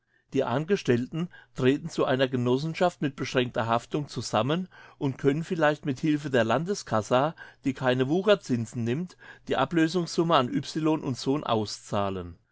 die angestellten treten zu einer genossenschaft mit beschränkter haftung zusammen und können vielleicht mit hilfe der landescasse die keine wucherzinsen nimmt die ablösungssumme an y sohn auszahlen